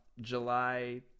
July